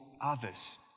others